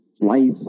Life